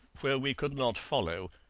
where we could not follow